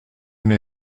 n’ai